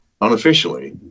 unofficially